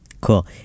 Cool